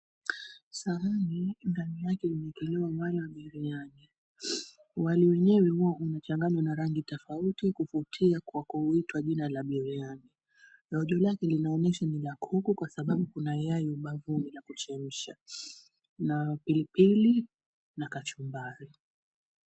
Sahani ndani yake imeekelewa wali wa biriani. Wali wenyewe hua unachanganywa na rangi tafauti kuvutia kwa kuitwa jina la biriani. Rojo lake linaonyesha ni la kuku kwa sababu kuna yai ubavuni la kuchemsha na pilipili na kachumbari.